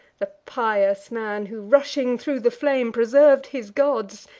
the pious man, who, rushing thro' the flame, preserv'd his gods,